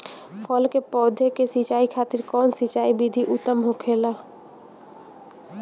फल के पौधो के सिंचाई खातिर कउन सिंचाई विधि उत्तम होखेला?